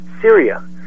Syria